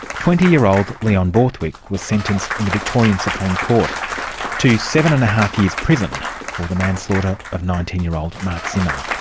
twenty year old leon borthwick was sentenced in the victorian supreme court to seven and a half years prison for the manslaughter of nineteen year old mark zimmer.